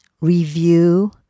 review